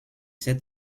sept